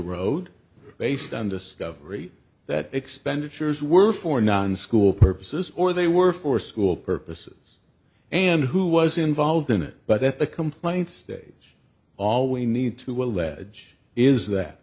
road based on discovery that expenditures were for non school purposes or they were for school purposes and who was involved in it but that the complaint stage all we need to